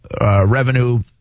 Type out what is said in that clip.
revenue